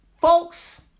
Folks